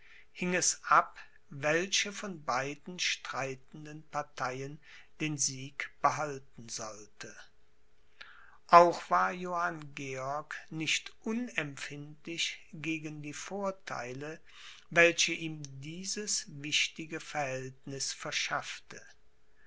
es ab welche von beiden streitenden parteien den sieg behalten sollte auch war johann georg nicht unempfindlich gegen die vortheile welche ihm dieses wichtige verhältniß verschaffte